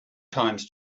times